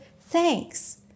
thanks